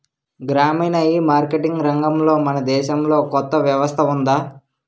గ్రామీణ ఈమార్కెటింగ్ రంగంలో మన దేశంలో కొత్త వ్యవస్థ ఉందా?